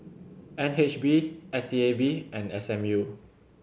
N H B S E A B and S M U